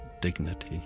dignity